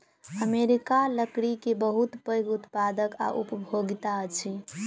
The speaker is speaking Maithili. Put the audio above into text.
अमेरिका लकड़ी के बहुत पैघ उत्पादक आ उपभोगता अछि